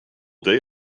day